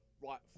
right